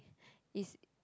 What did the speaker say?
is